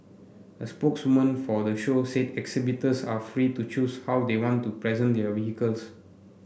a spokeswoman for the show said exhibitors are free to choose how they want to present their vehicles